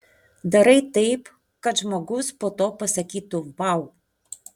darai taip kad žmogus po to pasakytų vau